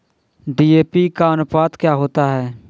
DAP का अनुपात क्या होता है?